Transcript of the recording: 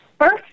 first